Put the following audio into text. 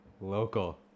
Local